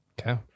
okay